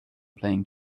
playing